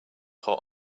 hot